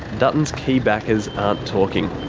dutton's key backers aren't talking.